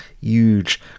huge